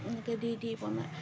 এনেকৈ দি দি বনাই